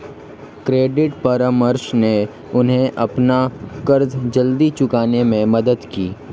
credit परामर्श ने उन्हें अपना कर्ज जल्दी चुकाने में मदद की